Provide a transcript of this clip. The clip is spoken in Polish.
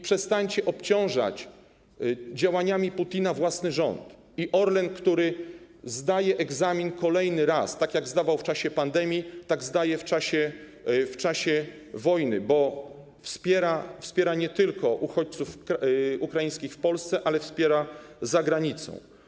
Przestańcie obciążać działaniami Putina własny rząd i Orlen, który zdaje egzamin kolejny raz, tak jak zdawał go w czasie pandemii, tak zdaje go w czasie wojny, bo wspiera nie tylko uchodźców ukraińskich w Polsce, ale wspiera też za granicą.